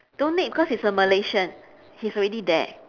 don't need cause he's a malaysian he's already there